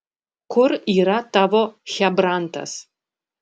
kur yra tavo chebrantas